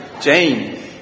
Jane